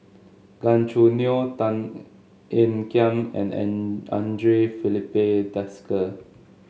Gan Choo Neo Tan Ean Kiam and an Andre Filipe Desker